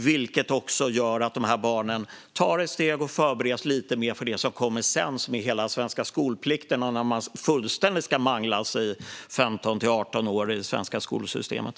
Det gör att barnen tar ett steg och förbereds lite mer för det som kommer sedan, med hela den svenska skolplikten då man ska manglas fullständigt i 15-18 år i det svenska skolsystemet.